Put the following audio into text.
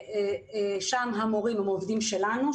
שם המורים הם עובדים שלנו,